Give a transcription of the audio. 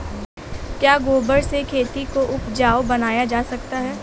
क्या गोबर से खेती को उपजाउ बनाया जा सकता है?